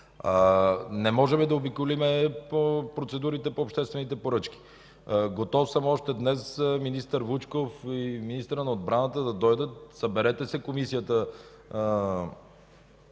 не можем да заобиколим процедурите по обществените поръчки. Готов съм още днес, министър Вучков и министърът на отбраната да дойдат, съберете се Комисията